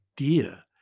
idea